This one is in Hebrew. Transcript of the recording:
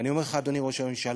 ואני אומר לך, אדוני ראש הממשלה,